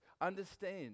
Understand